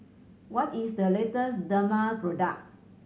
what is the latest Dermale product